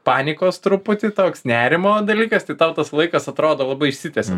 panikos truputį toks nerimo dalykas tai tau tas laikas atrodo labai išsitęsia